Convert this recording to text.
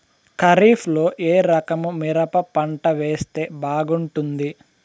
ఖరీఫ్ లో ఏ రకము మిరప పంట వేస్తే బాగుంటుంది